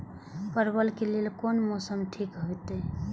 परवल के लेल कोन मौसम ठीक होते?